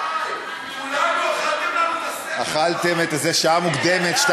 די, כולנו, אכלתם לנו את השכל.